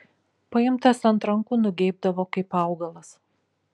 paimtas ant rankų nugeibdavo kaip augalas